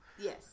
Yes